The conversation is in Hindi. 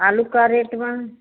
आलू का रेट है